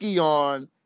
on